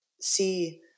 see